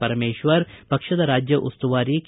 ಪರಮೇಶ್ವರ್ ಪಕ್ಷದ ರಾಜ್ಯ ಉಸ್ತುವಾರಿ ಕೆ